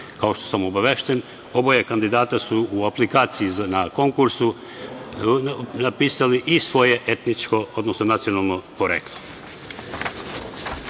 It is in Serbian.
što sam obavešten, oba kandidata su u aplikaciji na konkursu napisala i svoje etničko, odnosno nacionalno poreklo. Dakle,